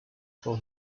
for